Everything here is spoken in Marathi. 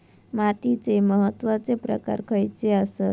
मातीचे महत्वाचे प्रकार खयचे आसत?